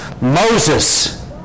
Moses